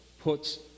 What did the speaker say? puts